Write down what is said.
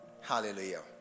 Hallelujah